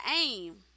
aim